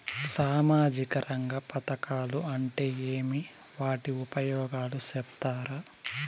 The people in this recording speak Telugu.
సామాజిక రంగ పథకాలు అంటే ఏమి? వాటి ఉపయోగాలు సెప్తారా?